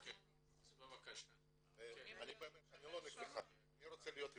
אני לא נגדך, אני רוצה להיות איתך.